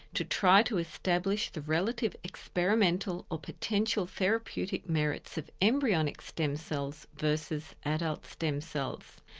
to try to establish the relative experimental or potential therapeutic merits of embryonic stem cells versus adult stem cells.